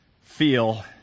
feel